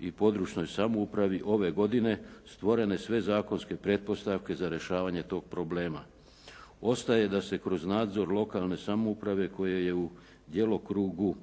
i područnoj samoupravi ove godine stvorene sve zakonske pretpostavke za rješavanje toga problema. Ostaje da se kroz nadzor lokalne samouprave koja je u djelokrugu